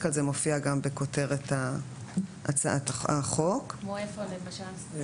שינציח לדורות את פועלו ומורשתו של הרב חיים דרוקמן.